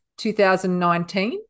2019